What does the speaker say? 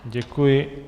Děkuji.